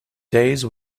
days